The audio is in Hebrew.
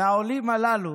העולים הללו